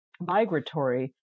migratory